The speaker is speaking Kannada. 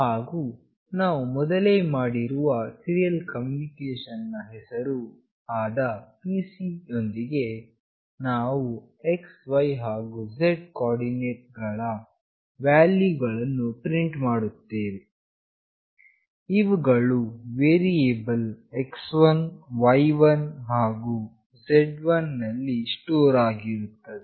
ಹಾಗು ನಾವು ಮೊದಲೇ ಮಾಡಿರುವ ಸೀರಿಯಲ್ ಕಮ್ಯುನಿಕೇಶನ್ ನ ಹೆಸರು ಆದ pc ಯೊಂದಿಗೆ ನಾವು xy ಹಾಗು z ಕೋಆರ್ಡಿನೇಟ್ ಗಳ ವ್ಯಾಲ್ಯೂ ವನ್ನು ಪ್ರಿಂಟ್ ಮಾಡುತ್ತೇವೆ ಇವುಗಳು ವೇರಿಯೇಬಲ್ x1y1 ಹಾಗು z1 ನಲ್ಲಿ ಸ್ಟೋರ್ ಆಗಿರುತ್ತದೆ